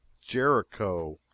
Jericho